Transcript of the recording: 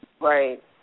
Right